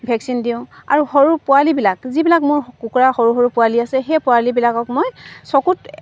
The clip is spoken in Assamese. ভেকচিন দিওঁ আৰু সৰু পোৱালিবিলাক যিবিলাক মোৰ কুকুৰা সৰু সৰু পোৱালি আছে সেই পোৱালিবিলাকক মই চকুত